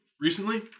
recently